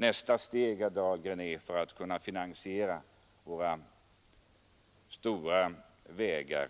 Nästa steg, herr Dahlgren, är att vi går över till avgiftsfinansiering när det gäller våra stora vägar.